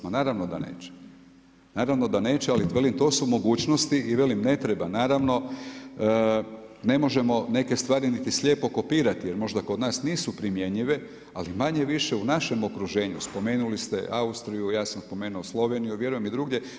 Ma naravno da neće, naravno da neće, ali velim to su mogućnosti i velim ne treba naravno, ne možemo neke stvari niti slijepo kopirati, jer možda kod nas nisu primjenjive, ali manje-više u našem okruženju spomenuli ste Austriju, ja sam spomenuo Sloveniju, ja vjerujem i drugdje.